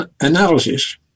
analysis